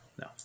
No